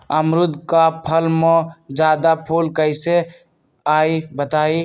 अमरुद क फल म जादा फूल कईसे आई बताई?